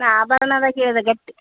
ನಾನು ಆಭರ್ಣಾದಾಗ ಕೇಳಿದೆ ಗಟ್ಟಿ